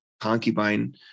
concubine